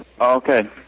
Okay